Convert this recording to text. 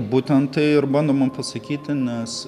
būtent tai ir bandoma pasakyti nes